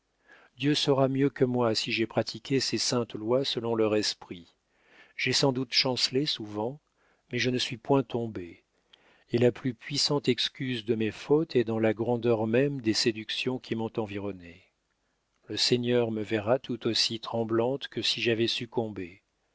dieu saura mieux que moi si j'ai pratiqué ses saintes lois selon leur esprit j'ai sans doute chancelé souvent mais je ne suis point tombée et la plus puissante excuse de mes fautes est dans la grandeur même des séductions qui m'ont environnée le seigneur me verra tout aussi tremblante que si j'avais succombé